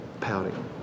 pouting